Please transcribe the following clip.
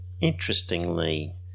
interestingly